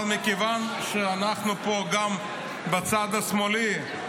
אבל מכיוון שאנחנו פה גם בצד השמאלי,